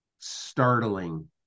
startling